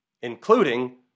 including